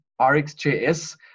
RxJS